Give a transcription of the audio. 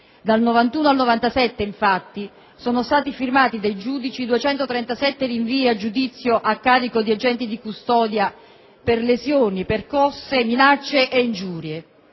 Dal 1991 al 1997, infatti, sono stati firmati dai giudici 237 rinvii a giudizio a carico di agenti di custodia per lesioni, percosse, minacce e ingiurie,